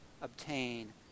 obtain